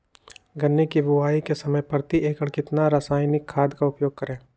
गन्ने की बुवाई के समय प्रति एकड़ कितना रासायनिक खाद का उपयोग करें?